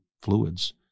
fluids